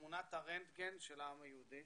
תמונת הרנטגן של העם היהודי,